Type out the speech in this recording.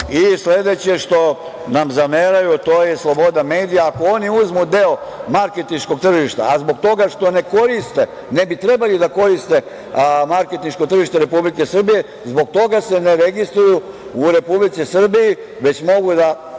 nabrojao. Sledeće što nam zameraju, a to je sloboda medija. Ako oni uzmu deo marketinškog tržišta, a zbog toga što ne koriste, ne bi trebali da koriste marketinško tržište Republike Srbije, zbog toga se ne registruju u Republici Srbiji već mogu da